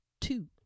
two